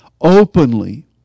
openly